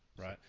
right